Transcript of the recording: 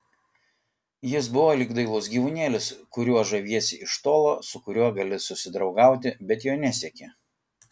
jis buvo lyg dailus gyvūnėlis kuriuo žaviesi iš tolo su kuriuo gali susidraugauti bet jo nesieki